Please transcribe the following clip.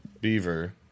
beaver